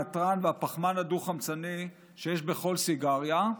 העטרן והפחמן הדו-חמצני שיש בכל סיגריה,